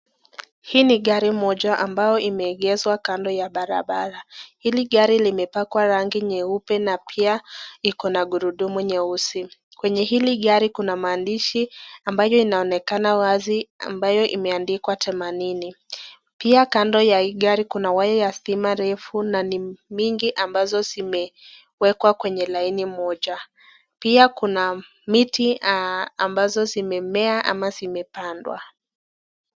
Hii ni gari majoa ambayo imeegezwa kando ya barabara . Hili gari limepakwa rangi nyeupe na pia Iko na gurudumu nyeusi. Kwenye hili gari kuna maandishi ambayo inaonekana wazi ambayo imeandikwa themanini. Pia kando ya hii gari kuna wire ya stima refu na ni mingi ambazo zimewekwa kwenye laini moja. pia kuna miti ambazo zimemea ama zimepandwa.